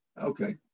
Okay